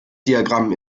diagramm